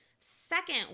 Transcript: Second